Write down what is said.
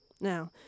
Now